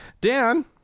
dan